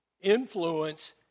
influence